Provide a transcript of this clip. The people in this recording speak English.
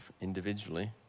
individually